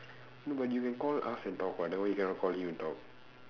no but you can call us and talk [what] then why he cannot call you and talk